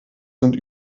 sind